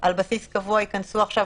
על בסיס קבוע ייכנסו עכשיו